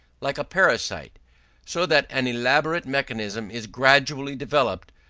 like a parasite so that an elaborate mechanism is gradually developed,